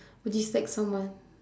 dislike someone